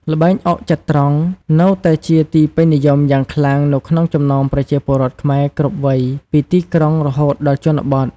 ល្បែងអុកចត្រង្គនៅតែជាទីពេញនិយមយ៉ាងខ្លាំងនៅក្នុងចំណោមប្រជាពលរដ្ឋខ្មែរគ្រប់វ័យពីទីក្រុងរហូតដល់ជនបទ។